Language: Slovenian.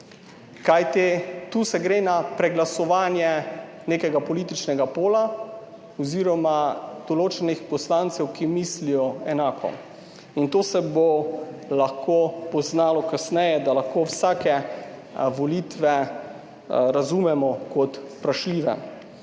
Kajti tu se gre na preglasovanje nekega političnega pola oziroma določenih poslancev, ki mislijo enako in to se bo lahko poznalo kasneje, da lahko vsake volitve razumemo kot vprašljive.